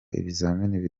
ibizamini